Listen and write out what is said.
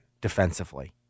defensively